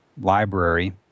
library